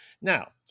now